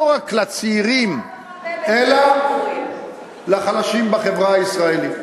לא רק לצעירים אלא לחלשים בחברה הישראלית?